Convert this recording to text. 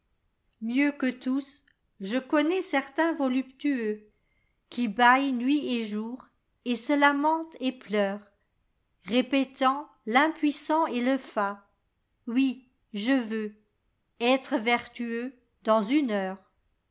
mieux que tous je connais certain voluptueuxqui bâille nuit et jour et se lamente et pleure répétant rimi uissant et le fat oui je veuxèire vertueux dans une heure